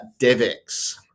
Devex